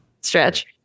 Stretch